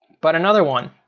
but another one.